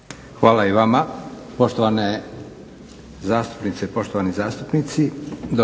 i kolege, poštovane zastupnice i poštovani zastupnici